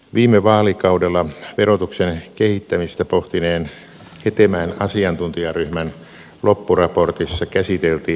viime vaalikaudella verotuksen kehittämistä pohtineen hetemäen asiantuntijaryhmän loppuraportissa käsiteltiin varainsiirtoveroa